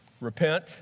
Repent